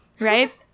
Right